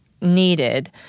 needed